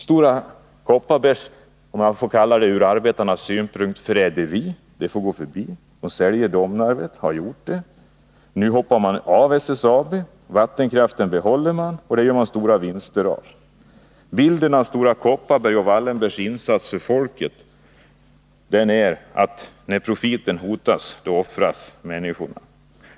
Stora Kopparbergs — ur arbetarnas synpunkt — förräderi, om jag får kalla det så, får gå förbi. Stora Kopparberg har sålt Domnarvets Jernverk och hoppar nu av SSAB. Vattenkraften behåller man och gör stora vinster på. Bilden av Stora Kopparbergs och Om SSAB:s verk Wallenbergs insats för folket är att när profiten hotas offras människorna.